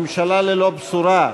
ממשלה ללא בשורה.